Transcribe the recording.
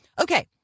Okay